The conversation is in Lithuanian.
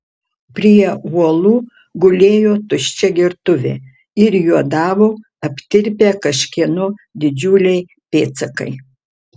prie uolų gulėjo tuščia gertuvė ir juodavo aptirpę kažkieno didžiuliai pėdsakai